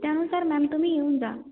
त्यानुसार मॅम तुम्ही येऊन जा